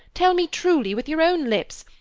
tell me truly, with your own lips,